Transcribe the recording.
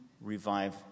revive